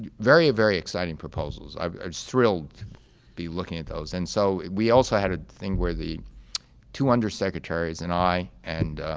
and very, very exciting proposals. i'm just thrilled to be looking at those. and so we also had a thing where the two undersecretaries and i and